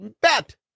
bet